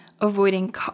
Avoiding